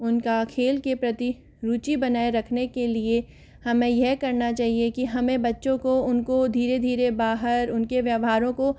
उनका खेल के प्रति रुचि बनाए रखने के लिए हमें ये करना चाहिए कि हमें बच्चों को उनको धीरे धीरे बाहर उनके व्यवहारों को